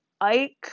Ike